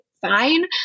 fine